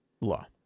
law